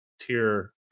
tier